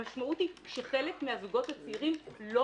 המשמעות היא שחלק מהזוגות הצעירים לא